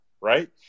right